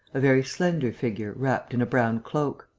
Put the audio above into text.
a very slender figure wrapped in a brown cloak.